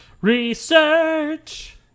Research